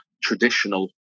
traditional